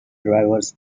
drivers